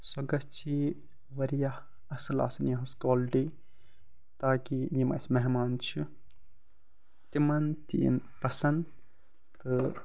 سۄ گژھی واریاہ آصٕل آسٕنۍ یِہنٛز کالٹی تاکہِ یِم اَسہِ مہمان چھِ تِمَن تہِ یِنۍ پٮسنٛد تہٕ